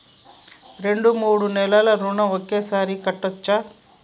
రెండు మూడు నెలల ఋణం ఒకేసారి కట్టచ్చా?